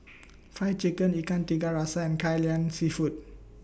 Fried Chicken Ikan Tiga Rasa and Kai Lan Seafood